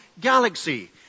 galaxy